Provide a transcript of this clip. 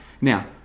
Now